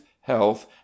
health